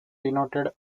denoted